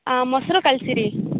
ಆ ಮೊಸರು ಕಳ್ಸಿರಿ